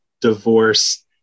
divorce